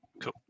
Cool